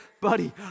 buddy